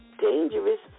dangerous